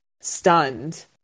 stunned